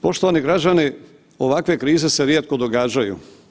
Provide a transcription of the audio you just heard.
Poštovani građani, ovakve krize se rijetko događaju.